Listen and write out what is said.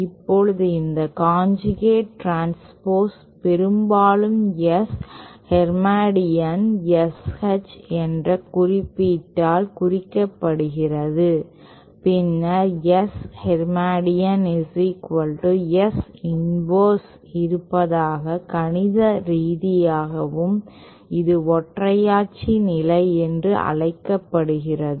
இப்போது இந்த conjugate transpose பெரும்பாலும் S ஹெர்மேடியன் SH என்ற குறியீட்டால் குறிக்கப்படுகிறது பின்னர் S ஹெர்மேட்டியன் S இன்வர்ஸ் இருப்பது கணித ரீதியாகவும் இது ஒற்றையாட்சி நிலை என்று அழைக்கப்படுகிறது